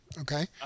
Okay